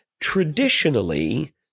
traditionally